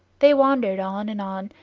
they wandered on and on,